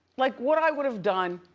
like what i would've done